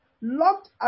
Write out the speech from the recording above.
locked